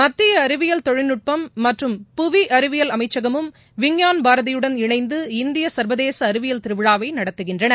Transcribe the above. மத்திய அறிவியல் தொழில்நுட்ப மற்றும் புவி அறிவியல் அமைச்சகமும் விஞ்ஞான பாரதியுடன் இணைந்து இந்திய சர்வதேச அறிவியல் திருவிழாவை நடத்துகின்றன